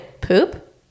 poop